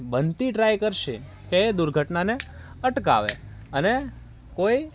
બનતી ટ્રાઈ કરશે એ દુર્ઘટનાને અટકાવે અને કોઈ